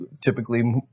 typically